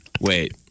Wait